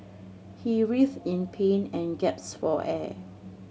he writhed in pain and for air